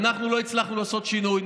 אנחנו לא הצלחנו לעשות שינוי.